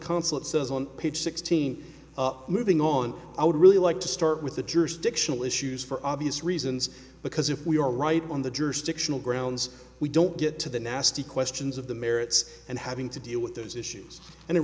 consulate says on page sixteen moving on i would really like to start with the jurisdictional issues for obvious reasons because if we are right on the jurisdictional grounds we don't get to the nasty questions of the merits and having to deal with those issues and the